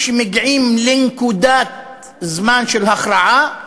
כשמגיעים לנקודת זמן של הכרעה,